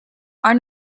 are